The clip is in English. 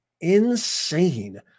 insane